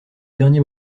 dernier